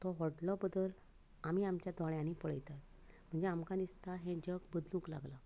तो व्हडलो बदल आमी आमच्या दोळ्यांनी पळयतात म्हणजे आमकां दिसता हें जग बदलूंक लागलां